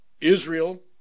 Israel